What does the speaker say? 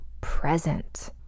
present